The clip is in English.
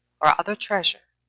or other treasure,